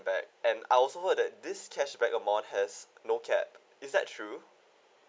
back and I also heard that this cashback amount has no cap is that true